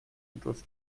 rudolf